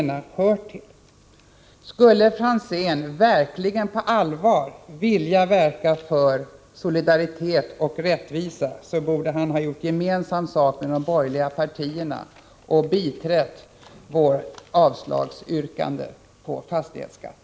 Skulle Franzén verkligen på allvar vilja verka för solidaritet och rättvisa, borde han göra gemensam sak med de borgerliga partierna och biträda vårt yrkande om avslag på förslaget om fastighetsskatt.